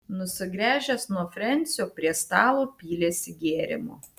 nusigręžęs nuo frensio prie stalo pylėsi gėrimo